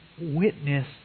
witness